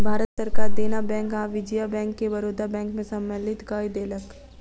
भारत सरकार देना बैंक आ विजया बैंक के बड़ौदा बैंक में सम्मलित कय देलक